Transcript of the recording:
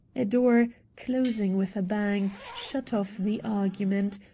a door, closing with a bang, shut off the argument,